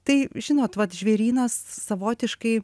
tai žinot vat žvėrynas savotiškai